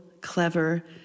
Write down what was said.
clever